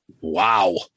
Wow